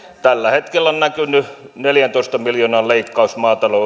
tällä hetkellä on näkynyt neljäntoista miljoonan leikkaus